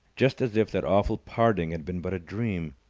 just as if that awful parting had been but a dream.